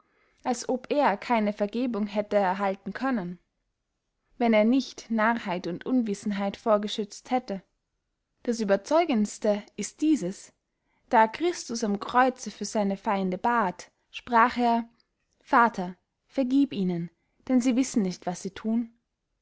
als ob er keine vergebung hätte erhalten können wenn er nicht narrheit und unwissenheit vorgeschützt hätte das überzeugendeste ist dieses da christus am kreuze für seine feinde bath sprach er vater vergieb ihnen denn sie wissen nicht was sie thun